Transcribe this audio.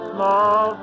Small